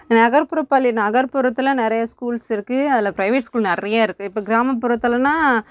நகர்ப்புற பள்ளி நகர்ப்புறத்தில் நிறைய ஸ்கூல்ஸ் இருக்குது அதில் ப்ரைவேட் ஸ்கூல் நிறைய இருக்குது இப்போ கிராமப்புறத்துலெலாம்